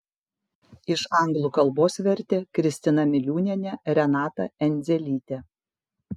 iš anglų kalbos vertė kristina miliūnienė renata endzelytė